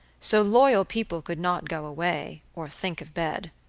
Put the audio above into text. so loyal people could not go away, or think of bed.